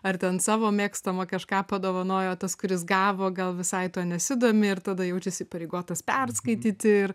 ar ten savo mėgstamą kažką padovanojo o tas kuris gavo gal visai tuo nesidomi ir tada jaučiasi įpareigotas perskaityti ir